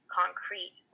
concrete